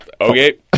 okay